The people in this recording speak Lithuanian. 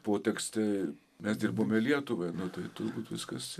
potekste mes dirbome lietuvai tai turbūt viskas